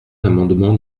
l’amendement